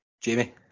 Jamie